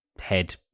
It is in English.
head